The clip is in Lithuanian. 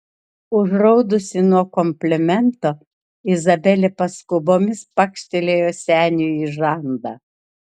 užraudusi nuo komplimento izabelė paskubomis pakštelėjo seniui į žandą